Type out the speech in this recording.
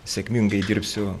sėkmingai dirbsiu